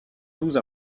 douze